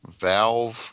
valve